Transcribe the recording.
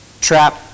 trap